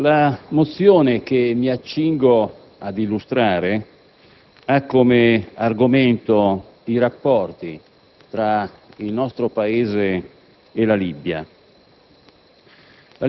la mozione che mi accingo ad illustrare ha come argomento i rapporti tra il nostro Paese e la Libia.